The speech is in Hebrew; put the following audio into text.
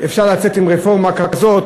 אפשר לצאת עם רפורמה כזאת,